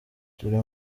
turi